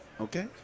Okay